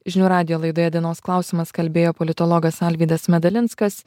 žinių radijo laidoje dienos klausimas kalbėjo politologas alvydas medalinskas